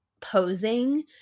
posing